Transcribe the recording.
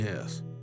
Yes